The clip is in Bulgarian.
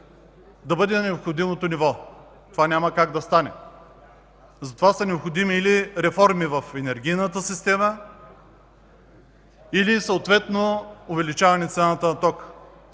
да бъде на необходимото ниво. Това няма как да стане. Затова са необходими или реформи в енергийната система, или съответно увеличаване цената на тока.